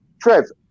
Trev